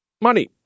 money